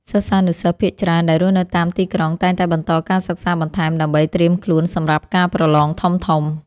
សិស្សានុសិស្សភាគច្រើនដែលរស់នៅតាមទីក្រុងតែងតែបន្តការសិក្សាបន្ថែមដើម្បីត្រៀមខ្លួនសម្រាប់ការប្រឡងធំៗ។